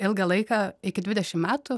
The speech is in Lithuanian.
ilgą laiką iki dvidešim metų